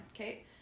okay